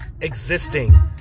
existing